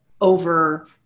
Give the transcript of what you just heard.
over